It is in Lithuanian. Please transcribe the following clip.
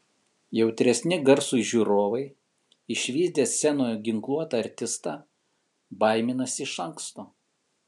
jautresni garsui žiūrovai išvydę scenoje ginkluotą artistą baiminasi iš anksto